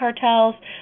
cartels